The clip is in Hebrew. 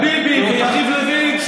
וביבי ויריב לוין,